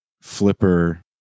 flipper